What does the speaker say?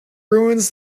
ruins